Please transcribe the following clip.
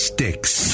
Sticks